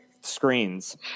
screens